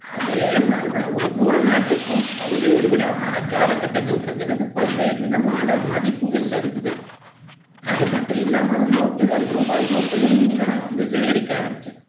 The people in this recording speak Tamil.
அதே மாதிரிதான் ஒவ்வொரு நாட்டுக்கும் பல்வேறு விதமான கால கட்டங்கள் இருக்குது அது பல்வேறு விதமான மதிப்புகளில் இருக்குது அது மட்டும் இல்லாமல் நோட்டுகள் ரூபா நோட்டுகளையும் நான் வந்து சேகரிக்க ஆரம்பித்தேன்